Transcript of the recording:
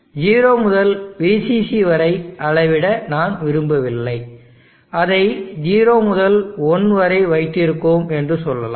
0 முதல் VCC வரை அளவிட நான் விரும்பவில்லை அதை 0 முதல் 1 வரை வைத்திருக்கிறோம் என்று சொல்லலாம்